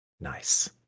Nice